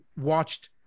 watched